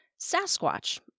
Sasquatch